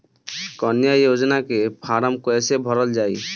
कन्या योजना के फारम् कैसे भरल जाई?